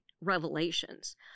revelations